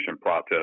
process